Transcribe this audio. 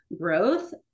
growth